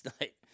night